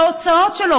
ההוצאות שלו,